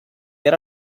era